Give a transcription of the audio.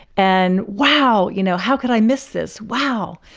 and wow, you know how could i miss this? wow.